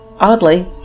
Oddly